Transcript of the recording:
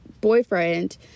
boyfriend